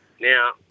Now